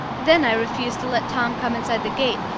then i refused to let tom come inside the gate,